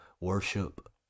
worship